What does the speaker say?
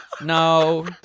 No